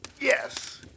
Yes